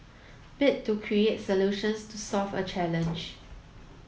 bit to create solutions to solve a challenge